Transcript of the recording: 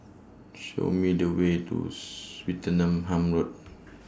Show Me The Way to Swettenham Road